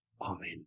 amen